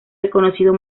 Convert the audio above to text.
reconocido